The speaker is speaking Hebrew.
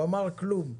הוא אמר: כלום.